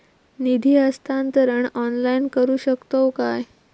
निधी हस्तांतरण ऑनलाइन करू शकतव काय?